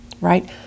right